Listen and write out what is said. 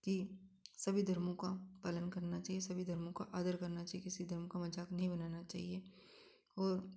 की सभी धर्मों का पालन करना चाहिए सभी धर्मों का आदर करना चाहिए किसी धर्मों का मज़ाक नहीं उड़ाना चाहिए और